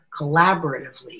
collaboratively